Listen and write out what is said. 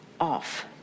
off